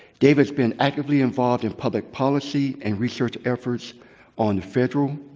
dave has been actively involved in public policy and research efforts on federal,